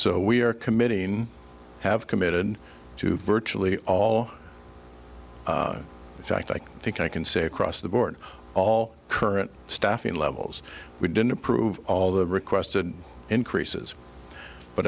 so we are committing have committed to virtually all the facts i think i can say across the board all current staffing levels we didn't approve all the requested increases but